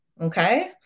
okay